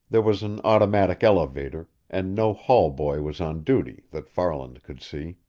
there was an automatic elevator, and no hall boy was on duty, that farland could see.